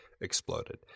exploded